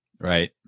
Right